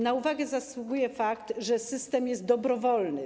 Na uwagę zasługuje fakt, że system jest dobrowolny.